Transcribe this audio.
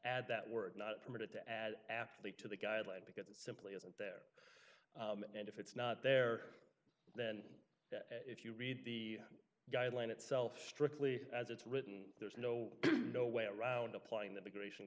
add that we're not permitted to add athlete to the guideline because it simply isn't there and if it's not there then if you read the guideline itself strictly as it's written there's no no way around applying the big ra